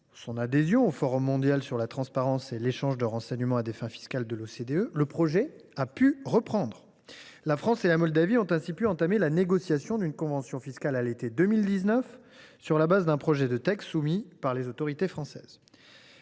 son adhésion au Forum mondial sur la transparence et l’échange de renseignements à des fins fiscales de l’OCDE, le projet a pu reprendre. La France et la Moldavie ont ainsi pu entamer la négociation d’une convention fiscale à l’été 2019 sur la base d’un projet de texte soumis par les autorités françaises.